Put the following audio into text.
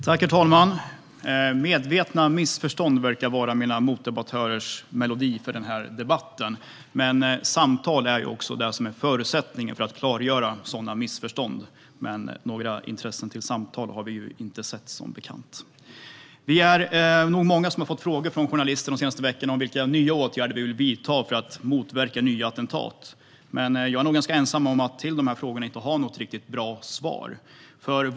Herr talman! Medvetna missförstånd verkar vara mina motdebattörers melodi för den här debatten. Samtal är förutsättningen för att klargöra sådana missförstånd, men något intresse för samtal har vi som bekant inte sett. Vi är nog många som har fått frågor från journalisterna de senaste veckorna om vilka nya åtgärder vi vill vidta för att motverka nya attentat, men jag är nog ganska ensam om att inte ha något riktigt bra svar på de här frågorna.